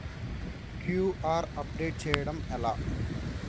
QR update చేయడం ఎలా?